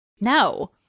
No